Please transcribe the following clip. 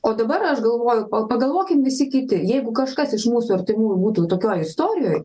o dabar aš galvoju pa pagalvokim visi kiti jeigu kažkas iš mūsų artimųjų būtų tokioj istorijoj